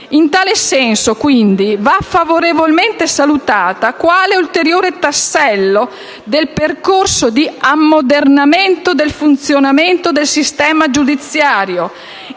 tale proposta normativa va favorevolmente salutata quale ulteriore tassello del percorso di ammodernamento del funzionamento del sistema giudiziario,